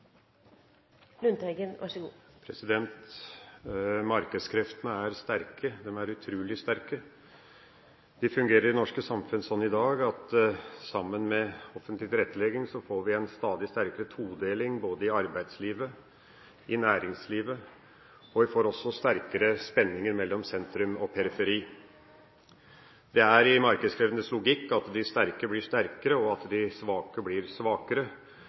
er utrolig sterke. Det fungerer i det norske samfunn sånn i dag at sammen med offentlig tilrettelegging får vi en stadig sterkere todeling både i arbeidslivet og i næringslivet, og vi får også sterkere spenninger mellom sentrum og periferi. Det er i markedskreftenes logikk at de sterke blir sterkere, og at de svake blir svakere.